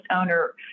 owner